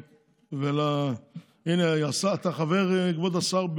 הינה, כבוד השר,